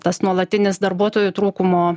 tas nuolatinis darbuotojų trūkumo